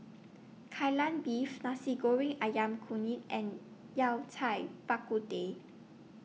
Kai Lan Beef Nasi Goreng Ayam Kunyit and Yao Cai Bak Kut Teh